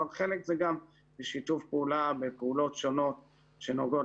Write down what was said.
אבל חלק זה גם בשיתוף פעולה בפעולות שונות שנוגעות